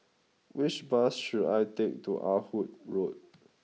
which bus should I take to Ah Hood Road